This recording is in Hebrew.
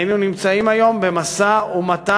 היינו נמצאים היום במשא-ומתן,